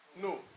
No